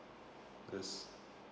this